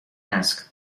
asked